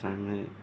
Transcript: असांजे में